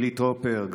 חילי טרופר,